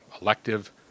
elective